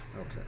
Okay